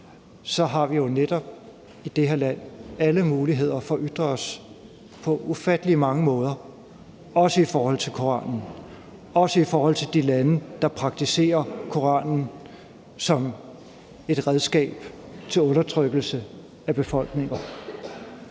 at vi jo netop i det her land har mulighed for at ytre os på ufattelig mange måder, også i forhold til Koranen, også i forhold til de lande, der praktiserer Koranen som et redskab til undertrykkelse af befolkninger,